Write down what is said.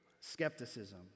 skepticism